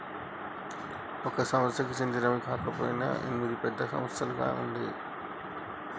ఒక సంస్థకి చెందినవి కాకపొయినా ఎనిమిది పెద్ద సంస్థలుగా ఉండేయ్యి